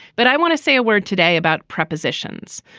but i want to say a word today about prepositions.